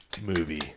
movie